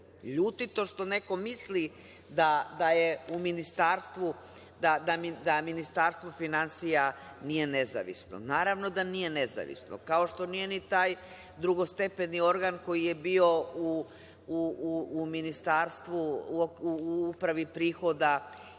LJutito, što neko misli da Ministarstvo finansija nije nezavisno. Naravno da nije nezavisno, kao što nije ni taj drugostepeni organ koji je bio u Ministarstvu u Upravi prihoda